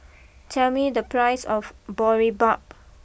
tell me the price of Boribap